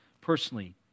personally